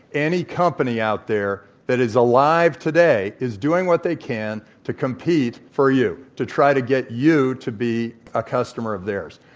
any company out there that is alive today is doing what they can to compete for you, to try to get you to be a customer of theirs.